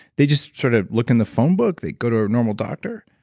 they just sort of look in the phone book, they go to a normal doctor.